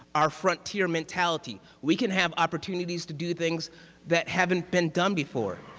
our frontier mentality. we can have opportunities to do things that haven't been done before.